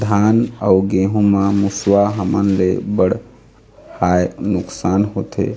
धान अउ गेहूं म मुसवा हमन ले बड़हाए नुकसान होथे